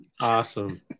Awesome